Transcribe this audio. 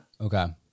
Okay